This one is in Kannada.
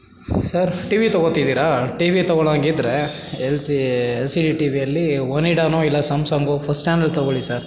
ಸರ್ ಟಿವಿ ತಗೊಳ್ತಿದ್ದೀರಾ ಟಿವಿ ತಗೊಳ್ಳೋಂಗಿದ್ರೆ L C L C D ಟಿವಿಯಲ್ಲಿ ಒನಿಡಾನೊ ಇಲ್ಲ ಸಾಮ್ಸಂಗೊ ಫಸ್ಟ್ ಹ್ಯಾಂಡಲ್ ತಗೊಳ್ಳಿ ಸರ್